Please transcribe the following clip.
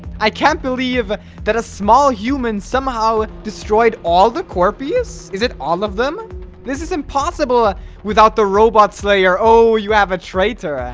i can't believe that a small human somehow destroyed all the core piece is it all of them this is impossible without the robot slayer. oh you have a traitor